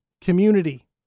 community